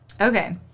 Okay